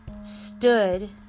stood